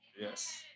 Yes